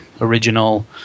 original